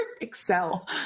Excel